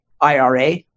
IRA